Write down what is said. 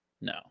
no